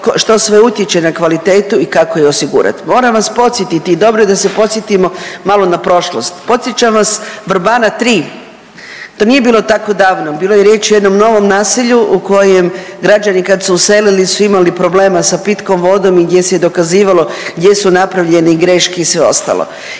što sve utječe na kvalitetu i kako ju osigurat. Moram vas podsjetiti, dobro je da se podsjetimo malo na prošlost. Podsjećam vas Vrbana III, to nije bilo tako davno, bilo je riječ o jednom novom naselju u kojem građani kad su uselili su imali problema sa pitkom vodom i gdje se je dokazivalo gdje su napravljene greške i sve ostalo.